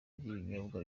n’ibinyobwa